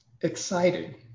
excited